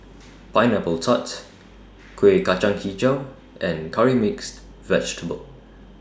Pineapple Tart Kueh Kacang Hijau and Curry Mixed Vegetable